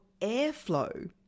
airflow